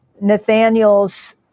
Nathaniel's